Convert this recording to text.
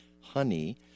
honey